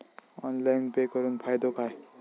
Online pay करुन फायदो काय?